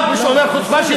ובסוף הדיון,